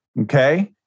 Okay